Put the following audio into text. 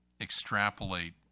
extrapolate